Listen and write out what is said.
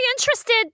interested